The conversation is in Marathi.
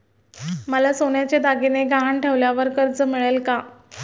मला सोन्याचे दागिने गहाण ठेवल्यावर कर्ज मिळेल का?